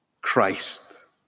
Christ